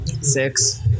Six